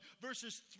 verses